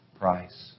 price